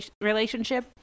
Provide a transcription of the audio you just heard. relationship